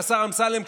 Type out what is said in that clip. השר אמסלם,